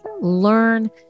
learn